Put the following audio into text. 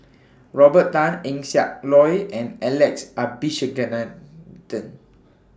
Robert Tan Eng Siak Loy and Alex Abisheganaden